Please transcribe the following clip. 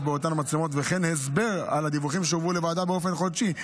באותן מצלמות וכן הסבר על הדיווחים שהועברו לוועדה באופן חודשי.